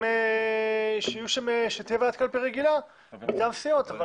שתהיה ועדת קלפי רגילה מטעם הסיעות.